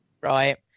right